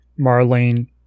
marlene